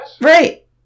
Right